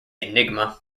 enigma